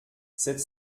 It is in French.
cette